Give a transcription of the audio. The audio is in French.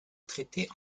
traiter